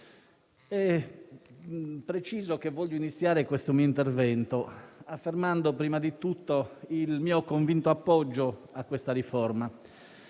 Desidero iniziare questo mio intervento affermando prima di tutto il mio convinto appoggio a questa riforma,